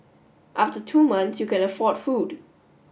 after two month you can afford food